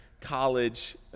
college